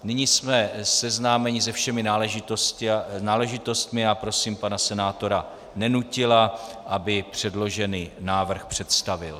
Nyní jsme seznámeni se všemi náležitostmi a prosím pana senátora Nenutila, aby předložený návrh představil.